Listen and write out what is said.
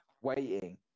waiting